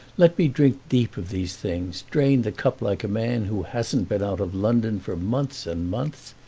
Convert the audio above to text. let me drink deep of these things, drain the cup like a man who hasn't been out of london for months and months.